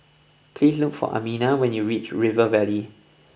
please look for Amina when you reach River Valley